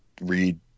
read